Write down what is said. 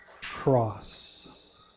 cross